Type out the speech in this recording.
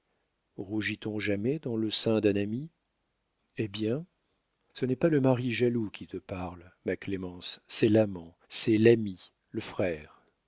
fait rougit on jamais dans le sein d'un ami eh bien ce n'est pas le mari jaloux qui te parle ma clémence c'est l'amant c'est l'ami le frère